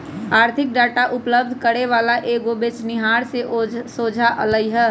आर्थिक डाटा उपलब्ध करे वला कएगो बेचनिहार से सोझा अलई ह